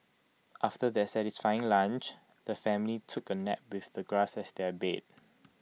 after their satisfying lunch the family took A nap with the grass as their bed